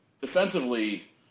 defensively